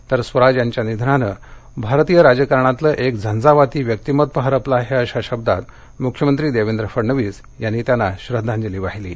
तर स्वराज यांच्या निधनानं भारतीय राजकारणातलं एक झंझावाती व्यक्तिमत्व हरपलं आहे अशा शब्दात मुख्यमंत्री देवेंद्र फडणवीस यांनी त्यांना श्रद्वांजली वाहिली आहे